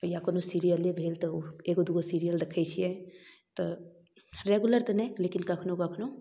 या कोनो सीरीयले भेल तऽ एगो दुगो सीरीयल देखै छियै तऽ रेगुलर तऽ नहि लेकिन कखनो कखनो